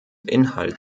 inhalt